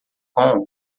com